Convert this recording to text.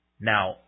Now